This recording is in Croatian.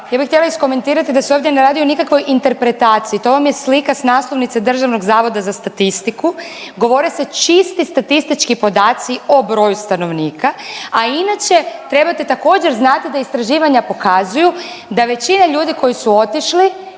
Ja bih htjela iskomentirati da se ovdje ne radi o nikakvoj interpretaciji to vam je slika s naslovnice DZS-a, govore se čisti statistički podaci o broju stanovnika, a inače trebate također znati da istraživanja pokazuju da većina ljudi koji su otišli